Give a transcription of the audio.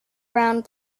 round